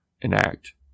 enact